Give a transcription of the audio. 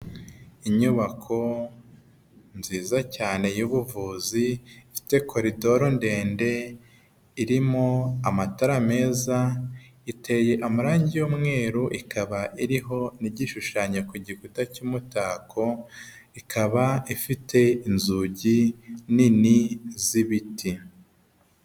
Inyubako nziza cyane y'ubuvuzi ifite koridoro ndende irimo amatara meza iteye amarangi y'umweru, ikaba iriho n'igishushanyo ku gikuta cy'umutako, ikaba ifite inzugi nini z'ibiti.